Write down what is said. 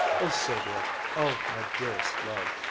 oh, sylvia oh, my dearest love,